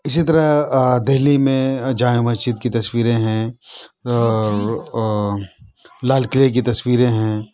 اِسی طرح دہلی میں جامع مسجد کی تصویریں ہیں لال قلعے کی تصویریں ہیں